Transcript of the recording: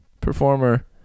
performer